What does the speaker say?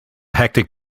hectic